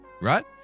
right